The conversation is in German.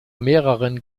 mehreren